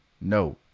no